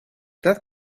that